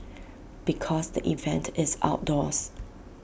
because the event is outdoors